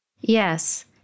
Yes